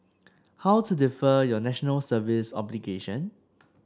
how to defer your National Service obligation